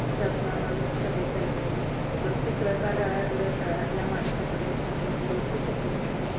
शासनाला लक्ष देता येत नाही प्रत्येक रसागाळातल्या तळातल्या माणसापर्यंत शासन पोचू शकत नाही